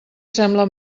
sembla